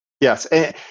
Yes